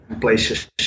places